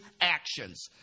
actions